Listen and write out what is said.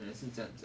你也是这样讲